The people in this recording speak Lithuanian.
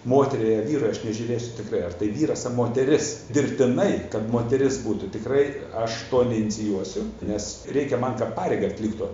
moteriai a vyrui aš nežiūrėsiu tikrai ar tai vyras ar moteris dirbtinai kad moteris būtų tikrai aš to neinicijuosiu nes reikia man kad pareigą atliktų